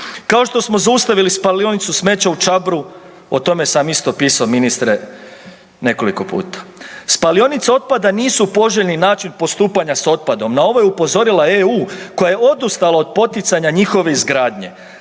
Kao što smo zaustavili spalionicu smeća u Čabru, o tome sam isto pisao, ministre, nekoliko puta. Spalionice otpada nisu poželjni način postupanja s otpadom. Na ovo je upozorila EU koja je odustala od poticanja njihove izgradnje.